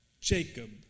Jacob